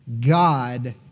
God